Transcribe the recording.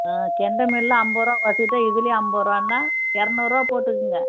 ம் கெண்டை மீனெலாம் ஐம்பது ரூவா குறைச்சிக்சுட்டா இதில் ஐம்பது ரூவான்னா இரநூறுவா போட்டுக்கொங்க